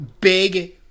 big